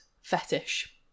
fetish